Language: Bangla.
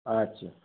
আচ্ছা